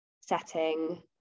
setting